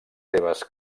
seves